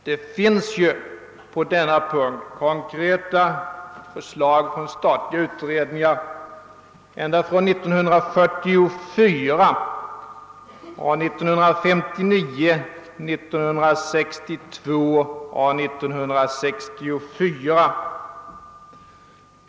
Det finns ju konkreta förslag från statliga utredningar ända från 1944 samt från 1959, 1962 och 1964.